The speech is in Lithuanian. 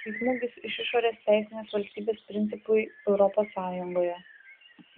tai smūgis iš išorės teisinės valstybės principui europos sąjungoje